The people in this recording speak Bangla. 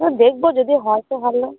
না দেখবো যদি হয় তো ভালো